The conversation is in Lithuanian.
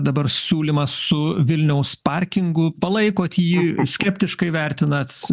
dabar siūlymas su vilniaus parkingu palaikot jį skeptiškai vertinate